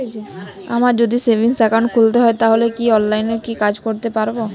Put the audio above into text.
আমায় যদি savings account খুলতে হয় তাহলে কি অনলাইনে এই কাজ করতে পারবো?